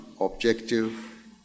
objective